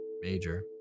major